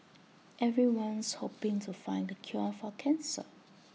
everyone's hoping to find the cure for cancer